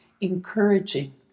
encouraging